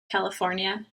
california